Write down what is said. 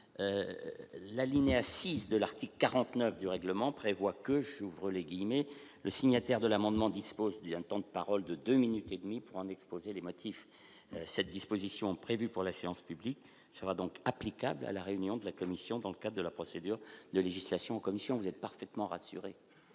la ligne 6 de l'article 49 du règlement prévoit que j'ouvre les guillemets le signataire de l'amendement dispose d'un temps de parole de 2 minutes et demie pour un exposé des motifs, cette disposition prévue pour la séance publique sera donc applicable à la réunion de la commission d'enquête de la procédure de législation commission vous êtes parfaitement rassuré